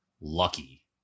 lucky